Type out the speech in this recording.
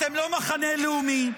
אתם לא מחנה לאומי,